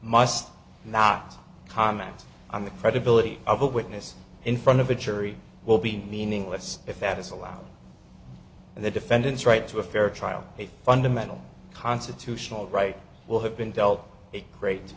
must not comment on the credibility of a witness in front of a jury will be meaningless if that is allowed and the defendant's right to a fair trial a fundamental constitutional right will have been dealt a crat